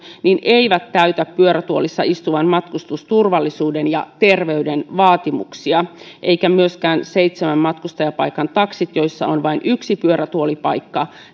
eivät täytä pyörätuolissa istuvan matkustusturvallisuuden ja terveyden vaatimuksia myöskään seitsemän matkustajapaikan takseissa joissa on vain yksi pyörätuolipaikka